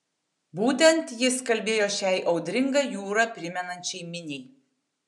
būtent jis kalbėjo šiai audringą jūrą primenančiai miniai